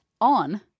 on